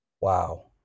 Wow